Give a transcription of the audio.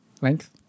length